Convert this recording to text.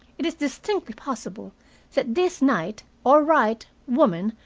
it is distinctly possible that this knight or wright woman,